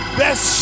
best